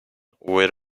with